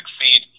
succeed